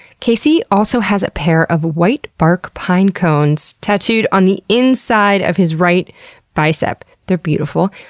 casey also has a pair of white bark pinecones tattooed on the inside of his right bicep. they're beautiful.